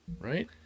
right